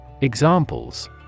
Examples